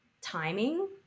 timing